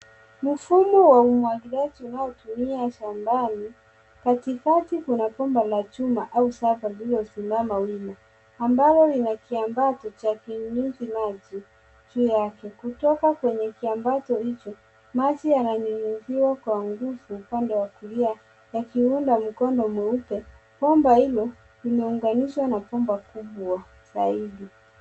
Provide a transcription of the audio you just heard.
Mfumo wa umwagiliaji unaotumika shambani. Katikati kuna bomba la chuma au safa lililosimama wima, ambalo linakiambaa cha kunyunyizi maji juu yake. Kutoka kwenye kiambacho hicho, maji yananyunyiziwa kwa nguvu upande wa kulia yakiunda mkondo mweupe. Bomba hilo limeunganishwa na bomba kubwa zaidi.